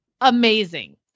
amazing